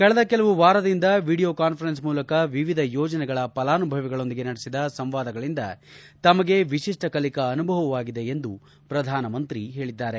ಕಳೆದ ಕೆಲವು ವಾರದಿಂದ ವಿಡಿಯೋ ಕಾಸ್ಫೆರೆನ್ಸ್ ಮೂಲಕ ವಿವಿಧ ಯೋಜನೆಗಳ ಫಲಾನುಭವಿಗಳೊಂದಿಗೆ ನಡೆಸಿದ ಸಂವಾದಗಳಿಂದ ತಮಗೆ ವಿಶಿಷ್ಟ ಕಲಿಕಾ ಅನುಭವವಾಗಿದೆ ಎಂದು ಪ್ರಧಾನಮಂತ್ರಿ ಹೇಳದ್ದಾರೆ